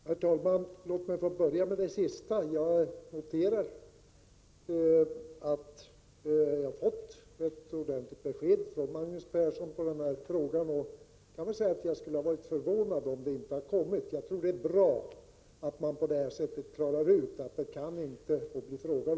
Herr talman! Låt mig få börja med det sista. Jag noterar att vi har fått ett ordentligt besked från Magnus Persson. Jag skulle ha blivit förvånad om svaret inte hade kommit. Det är bra att man klarar ut dessa saker.